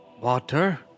Water